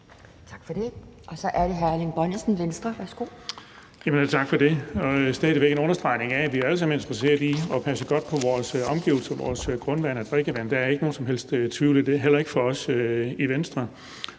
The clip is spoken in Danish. Værsgo. Kl. 12:35 Erling Bonnesen (V): Tak for det. Jeg vil stadig væk understrege, at vi alle sammen er interesseret i at passe godt på vores omgivelser og vores grundvand og drikkevand. Der er ikke nogen som helst tvivl om det, heller ikke for os i Venstre.